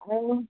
অঁ